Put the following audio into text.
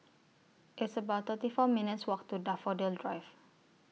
It's about thirty four minutes Walk to Daffodil Drive